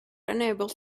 unable